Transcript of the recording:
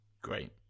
Great